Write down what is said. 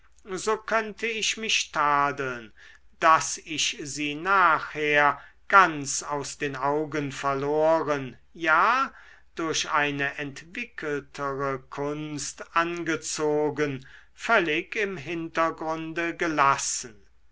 so könnte ich mich tadeln daß ich sie nachher ganz aus den augen verloren ja durch eine entwickeltere kunst angezogen völlig im hintergrunde gelassen